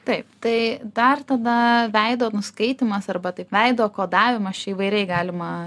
taip tai dar tada veido nuskaitymas arba taip veido kodavimą čia įvairiai galima